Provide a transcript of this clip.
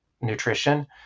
nutrition